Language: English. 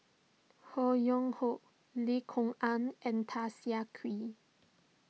Ho Yuen Hoe Lim Kok Ann and Tan Siah Kwee